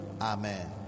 Amen